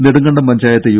Nedumkandam panchayat U